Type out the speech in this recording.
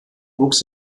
wuchs